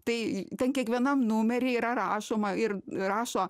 tai ten kiekvienam numeryje yra rašoma ir rašo